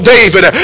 David